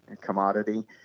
commodity